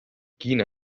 quina